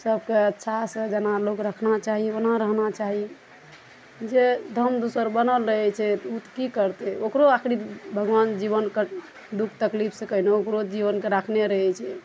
सबके अच्छा से जेना लोक रखना चाही ओना रहना चाही जे धम दूसर बनल रहै छै तऽ ओ तऽ की करतै ओकरो आखरी भगवान जीबनके दुख तकलीफ से कहिनो ओकरो जीबनके राखने रहै छै